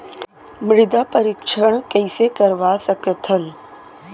मृदा परीक्षण कइसे करवा सकत हन?